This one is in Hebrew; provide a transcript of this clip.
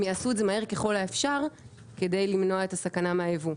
הם יעשו את זה מהר ככל האפשר כדי למנוע את הסכנה מהיבוא,